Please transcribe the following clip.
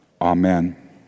Amen